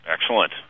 Excellent